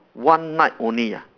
one night only ah